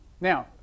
Now